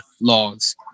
laws